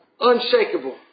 unshakable